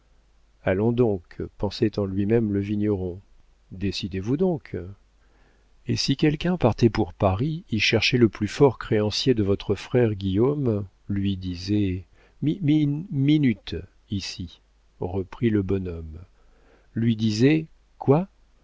allons donc pensait en lui-même le vigneron décidez-vous donc et si quelqu'un partait pour paris y cherchait le plus fort créancier de votre frère guillaume lui disait mi min minute ici reprit le bonhomme lui disait quoi